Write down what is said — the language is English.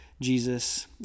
Jesus